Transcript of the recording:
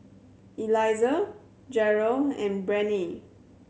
Eliezer Jerel and Breanne